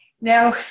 Now